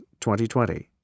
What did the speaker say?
2020